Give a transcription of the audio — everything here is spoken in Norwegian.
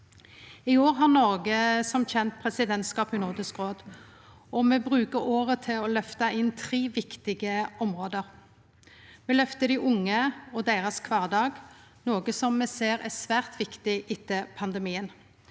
I år har som kjent Noreg presidentskapet i Nordisk råd, og me bruker året til å løfte opp tre viktige område: Me løfter dei unge og deira kvardag, noko som me ser er svært viktig etter pandemien,